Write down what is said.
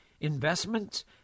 Investments